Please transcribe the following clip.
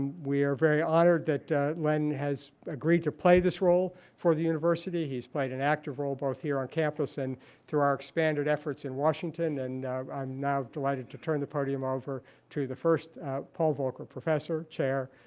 we are very honored that len has agreed to play this role for the university. he's played an active role both here on campus and through our expanded efforts in washington. and i'm now delighted to turn the podium over to the first paul volcker professor chair,